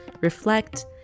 reflect